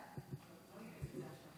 להתמודד עם האיום.